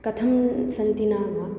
कथं सन्ति नाम